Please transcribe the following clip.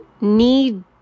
need